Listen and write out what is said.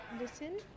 listen